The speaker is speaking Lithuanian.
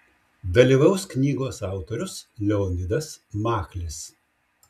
dalyvaus knygos autorius leonidas machlis